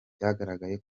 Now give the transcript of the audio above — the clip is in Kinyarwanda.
byagaragaye